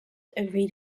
agreed